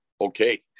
okay